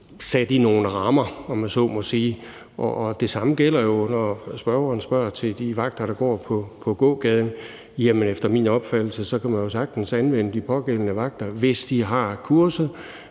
sat i nogle rammer, om man så må sige, og det samme gælder jo, når spørgeren spørger til de vagter, der går på gågaden. Efter min opfattelse kan man jo sagtens anvende de pågældende vagter, hvis de har kurset,